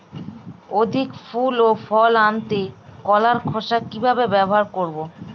অধিক ফুল ও ফল আনতে কলার খোসা কিভাবে ব্যবহার করব?